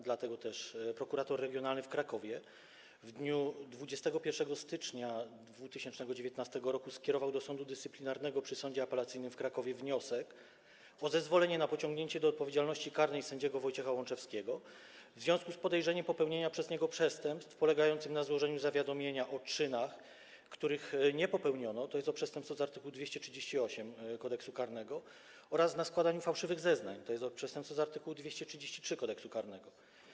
Dlatego też prokurator regionalny w Krakowie w dniu 21 stycznia 2019 r. skierował do sądu dyscyplinarnego przy Sądzie Apelacyjnym w Krakowie wniosek o zezwolenie na pociągnięcie do odpowiedzialności karnej sędziego Wojciecha Łączewskiego w związku z podejrzeniem popełnienia przez niego przestępstw polegających na złożeniu zawiadomienia o czynach, których nie popełniono - to jest to przestępstwo z art. 238 Kodeksu karnego - oraz na składaniu fałszywych zeznań - to jest to przestępstwo z art. 233 Kodeksu karnego.